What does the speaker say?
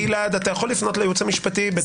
גלעד, אתה יכול לפנות לייעוץ המשפטי בדרכך.